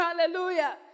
Hallelujah